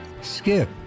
Skip